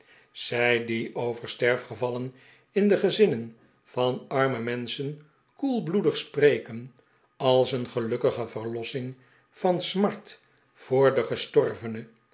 zij die over sterfgevallen in de gezinnen van arme menschen koelbloedig spreken als een gelukkige verlossing van smart voor den gestorvene